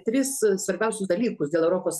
tris svarbiausius dalykus dėl europos